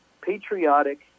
patriotic